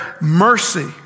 mercy